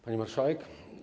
Pani Marszałek!